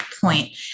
point